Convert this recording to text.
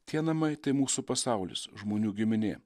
tie namai tai mūsų pasaulis žmonių giminė